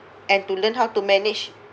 and to learn how to manage